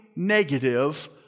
negative